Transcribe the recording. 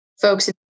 folks